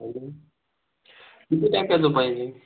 hello किती पॅकटं पाहिजे